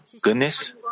goodness